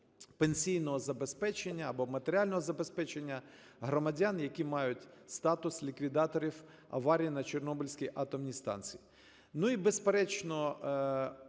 пенсійного забезпечення або матеріального забезпечення громадян, які мають статус ліквідаторів аварії на Чорнобильській атомній станції.